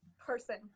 person